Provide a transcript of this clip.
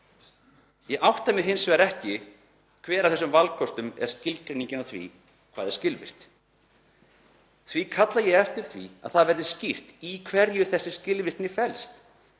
Ég átta mig hins vegar ekki á því hver af þessum valkostum er skilgreiningin á því hvað er skilvirkt. Ég kalla því eftir því að það verði skýrt í hverju þessi skilvirkni felst.